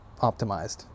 Optimized